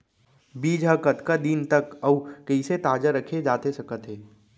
बीज ह कतका दिन तक अऊ कइसे ताजा रखे जाथे सकत हे?